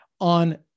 on